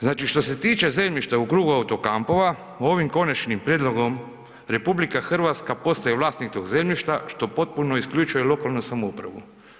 Znači, što se tiče zemljišta u krugu auto-kampova, ovim konačnim prijedlogom, RH postaje vlasnik tog zemljišta što potpuno isključuje lokalnu samoupravu.